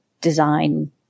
design